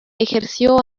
ejerció